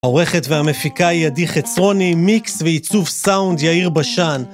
עורכת והמפיקה היא עדי חצרוני מיקס ועיצוב סאונד יאיר בשן